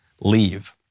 leave